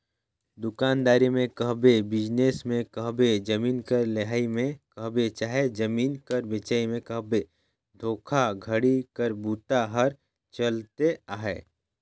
दुकानदारी में कहबे, बिजनेस में कहबे, जमीन कर लेहई में कहबे चहे जमीन कर बेंचई में कहबे धोखाघड़ी कर बूता हर चलते अहे